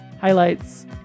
Highlights